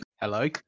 Hello